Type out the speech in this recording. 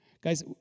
Guys